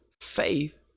faith